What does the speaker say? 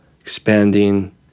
expanding